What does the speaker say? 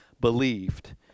believed